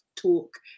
Talk